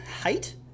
height